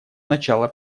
начала